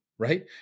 Right